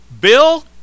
Bill